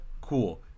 cool